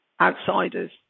outsiders